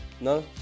No